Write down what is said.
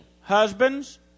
Husbands